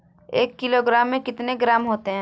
एक किलोग्राम में कितने ग्राम होते हैं?